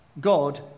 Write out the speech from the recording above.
God